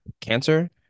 cancer